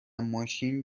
ماشین